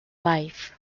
life